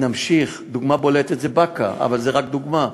דוגמה בולטת זו באקה, אבל זו רק דוגמה.